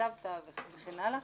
--- וכן הלאה.